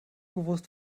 gewusst